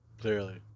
Clearly